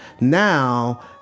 Now